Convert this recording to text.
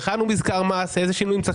הכנו מזכר מס אילו שינויים צריך